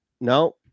No